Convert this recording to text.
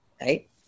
right